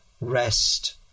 rest